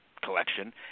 collection